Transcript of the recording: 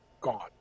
gone